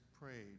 prayed